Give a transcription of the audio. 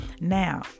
Now